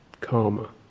karma